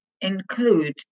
include